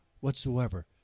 whatsoever